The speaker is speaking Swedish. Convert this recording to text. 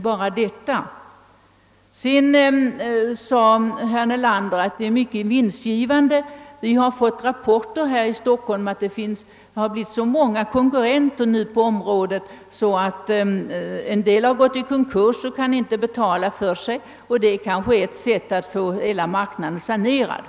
Vidare sade herr Nelander att den försäljningsverksamhet som bedrivs på detta område är mycket vinstgivande. Vi har fått rapporter beträffande verksamheten här i Stockholm som visat att det blivit så många konkurrenter på området att en del företag gått i konkurs, och detta är kanske ett sätt att få hela marknaden sanerad.